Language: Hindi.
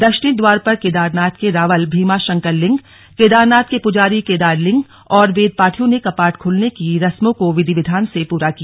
दक्षिण द्वार पर केदारनाथ के रावल भीमाशंकर लिंग केदारनाथ के पुजारी केदार लिंग और वेदपाठियों ने कपाट खुलने की रस्मों को विधि विधान से पूरा किया